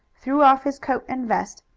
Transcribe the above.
threw off his coat and vest,